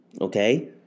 Okay